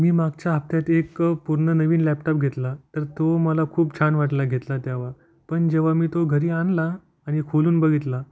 मी मागच्या हप्त्यात एक पूर्ण नवीन लॅपटॉप घेतला तर तो मला खूप छान वाटला घेतला तेव्हा पण जेव्हा मी तो घरी आणला आणि खोलून बघितला